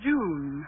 June